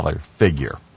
figure